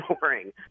boring